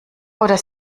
oder